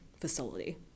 facility